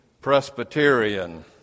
Presbyterian